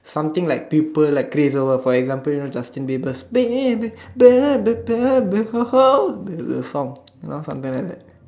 something like people like craze over for example Justin Berber's baby baby baby oh the song you know something like that